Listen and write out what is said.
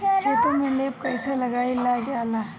खेतो में लेप कईसे लगाई ल जाला?